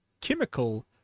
chemical